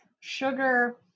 Sugar